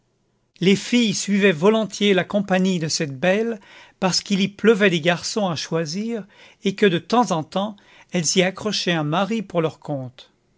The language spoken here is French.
les filles suivaient volontiers la compagnie de cette belle parce qu'il y pleuvait des garçons à choisir et que de temps en temps elles y accrochaient un mari pour leur compte